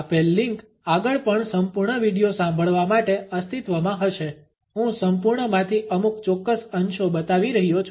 આપેલ લિંક આગળ પણ સંપૂર્ણ વિડીયો સાંભળવા માટે અસ્તિત્વમાં હશે હું સંપૂર્ણમાંથી અમુક ચોક્કસ અંશો બતાવી રહ્યો છું